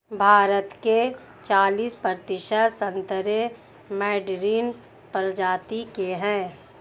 भारत के चालिस प्रतिशत संतरे मैडरीन प्रजाति के हैं